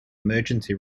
emergency